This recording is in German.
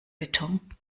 beton